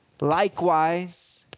likewise